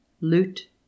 loot